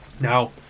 Now